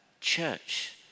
church